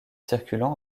circulant